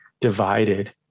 divided